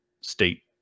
state